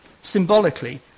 symbolically